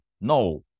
no